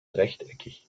rechteckig